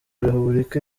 repubulika